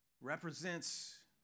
represents